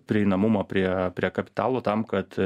prieinamumą prie prie kapitalo tam kad